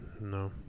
no